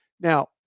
Now